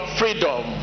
freedom